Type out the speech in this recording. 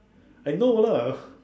I know lah